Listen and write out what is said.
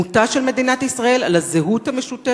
דמותה של מערכת החינוך של מדינת ישראל,